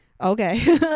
okay